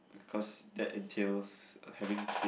because that entails having kid